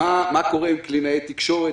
מה קורה עם קלינאי תקשורת?